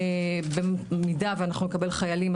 במידה ואנחנו נקבל חיילים,